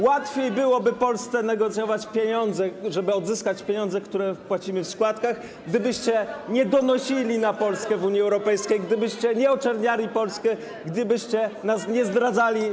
Łatwiej byłoby Polsce negocjować pieniądze, żeby odzyskać pieniądze, które płacimy w składkach, gdybyście nie donosili na Polskę w Unii Europejskiej, gdybyście nie oczerniali Polski, gdybyście nas nie zdradzali.